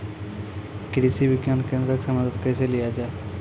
कृषि विज्ञान केन्द्रऽक से मदद कैसे लिया जाय?